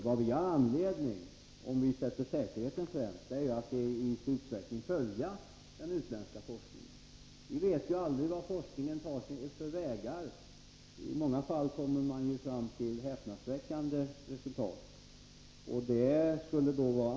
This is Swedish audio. Vad vi har anledning att göra, om vi sätter säkerheten främst, är att i viss utsträckning följa den utländska forskningen. Vi vet aldrig vad forskningen tar för vägar. I många fall kommer man fram till häpnadsväckande resultat.